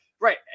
right